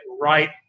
right